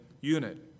unit